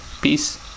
peace